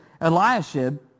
Eliashib